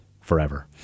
forever